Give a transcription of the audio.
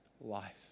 life